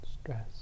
stress